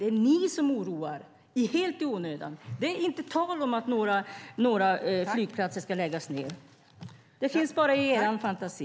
Det är ni som oroar er helt i onödan. Det är inte tal om att några flygplatser ska läggas ned. Det finns bara i er fantasi.